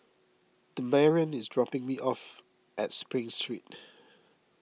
Demarion is dropping me off at Spring Street